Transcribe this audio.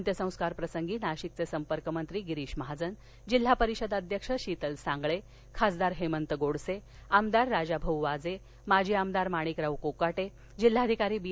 अत्यसस्कार प्रसंगी नाशिकचे संपर्कमंत्री गिरीश महाजन जिल्हा परिषद अध्यक्ष शीतल सांगळे खासदार हेमत गोडसे आमदार राजाभाऊ वाजे माजी आमदार माणिकराव कोकाटे जिल्हाधिकारी बी